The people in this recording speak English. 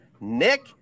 Nick